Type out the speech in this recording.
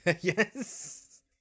Yes